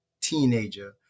teenager